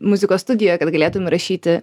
muzikos studiją kad galėtum įrašyti